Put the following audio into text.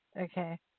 okay